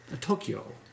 Tokyo